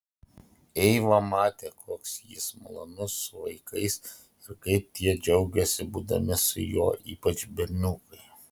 eiva matė koks jis malonus su vaikais ir kaip tie džiaugiasi būdami su juo ypač berniukai